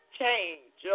change